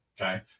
Okay